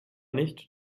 nicht